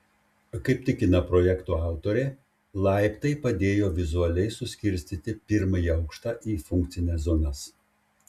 kaip tikina projekto autorė laiptai padėjo vizualiai suskirstyti pirmąjį aukštą į funkcines zonas